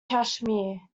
kashmir